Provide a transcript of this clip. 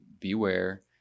Beware